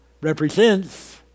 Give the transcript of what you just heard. represents